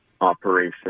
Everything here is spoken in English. operation